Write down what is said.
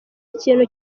ikintu